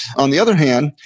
on the other hand,